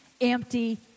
empty